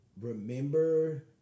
remember